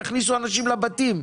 תכניסו אנשים לבתים.